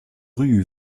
rue